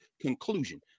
Conclusion